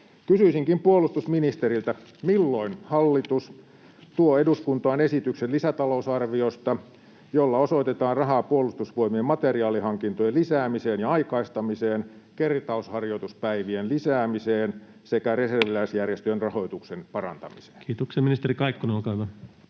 Kysyisinkin puolustusministeriltä: milloin hallitus tuo eduskuntaan esityksen lisätalousarviosta, jolla osoitetaan rahaa Puolustusvoimien materiaalihankintojen lisäämiseen ja aikaistamiseen, kertausharjoituspäivien lisäämiseen sekä reserviläisjärjestöjen rahoituksen parantamiseen? Kiitoksia. — Ministeri Kaikkonen, olkaa hyvä.